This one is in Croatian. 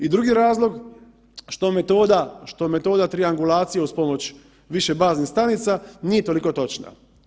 I drugi razlog što metoda triangulacije uz pomoć više baznih stanica nije toliko točna.